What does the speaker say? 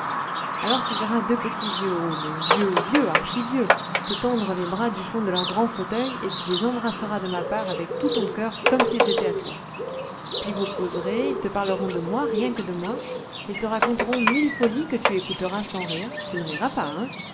alors tu verras deux petits vieux oh mais vieux vieux archivieux te tendre les bras du fond de leurs grands fauteuils et tu les embrasseras de ma part avec tout ton cœur comme s'ils étaient à toi puis vous causerez ils te parleront de moi rien que de moi ils te raconteront mille folies que tu écouteras sans rire tu ne riras pas hein